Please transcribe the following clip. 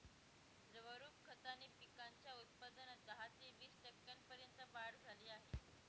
द्रवरूप खताने पिकांच्या उत्पादनात दहा ते वीस टक्क्यांपर्यंत वाढ झाली आहे